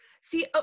See